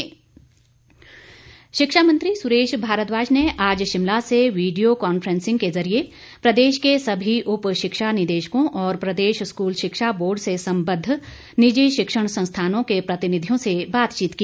शिक्षा मंत्री शिक्षा मंत्री सुरेश भारद्वाज ने आज शिमला से वीडियो कॉन्फ्रेंसिंग के जरिए प्रदेश के सभी उप शिक्षा निदेशकों और प्रदेश स्कूल शिक्षा बोर्ड से संबद्ध निजी शिक्षण संस्थानों के प्रतिनिधियों से बातचीत की